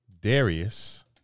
Darius